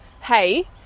hey